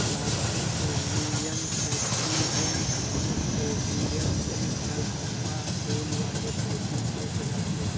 लहसुन allium sativum genus allium में बल्बनुमा फूल वाले पौधे की एक प्रजाति है